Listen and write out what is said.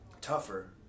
Tougher